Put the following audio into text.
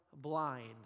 blind